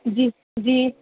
جی جی